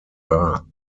war